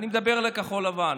אני מדבר לכחול לבן,